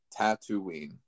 Tatooine